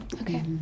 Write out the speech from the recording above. Okay